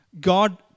God